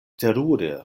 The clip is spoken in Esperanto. terure